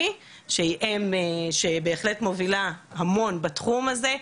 שהיא אם שבהחלט מובילה המון בתחום הזה.